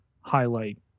highlight